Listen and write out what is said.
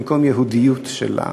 במקום יהודיות שלה.